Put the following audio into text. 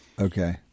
Okay